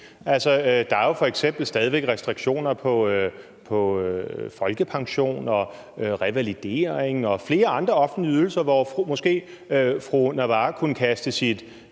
Der er jo f.eks. stadig væk restriktioner på folkepension og revalidering og flere andre offentlige ydelser, som fru Samira Nawa måske kunne kaste sit